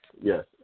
Yes